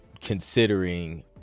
considering